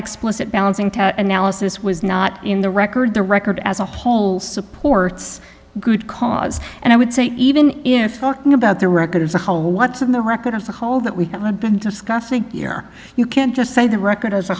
explicit balancing test analysis was not in the record the record as a whole supports good cause and i would say even if talking about the record as a whole what's in the record of the hall that we have been discussing here you can't just say the record as a